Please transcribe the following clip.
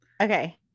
Okay